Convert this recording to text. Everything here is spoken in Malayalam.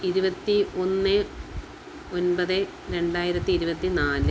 ഇരുപത്തി ഒന്ന് ഒൻപത് രണ്ടായിരത്തി ഇരുപത്തി നാല്